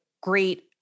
great